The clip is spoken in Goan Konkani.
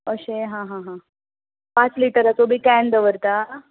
अशें हा हा हा पांच लिटराचो बी कॅन दवरता